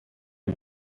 you